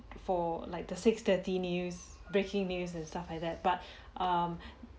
for like the six thirty news breaking news and stuff like that but um